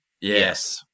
Yes